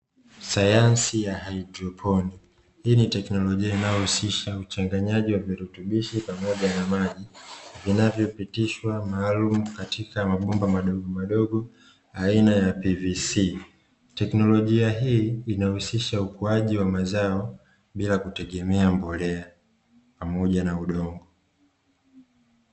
Sayansi ya haidroponi, hii ni teknolojia inayohusisha uchanganyaji wa virutubisho pamoja na maji, vinavyopitishwa maalumu katika mabomba madogo madogo aina ya "PVC", teknolojia hii inahusisha ukuwaji wa mazao bila kutegemea mbolea pamoja na udongo.